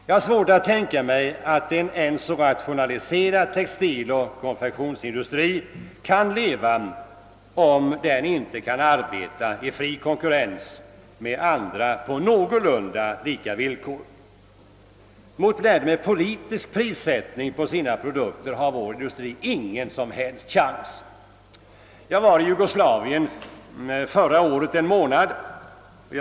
Jag har svårt att tänka mig att en aldrig så rationaliserad textiloch konfektionsindustri kan leva om den inte kan arbeta i fri konkurrens med andra på någorlunda lika villkor. Mot industrier i länder med politisk prissättning på sina produkter har vår industri ingen som helst chans. Jag var i Jugoslavien en månad 1966.